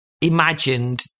imagined